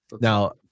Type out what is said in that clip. Now